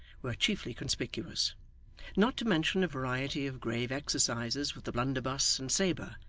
were chiefly conspicuous not to mention a variety of grave exercises with the blunderbuss and sabre,